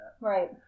Right